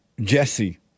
Jesse